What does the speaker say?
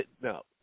no